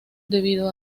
debido